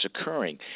occurring